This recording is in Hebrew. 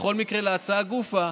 בכל מקרה, להצעה גופא,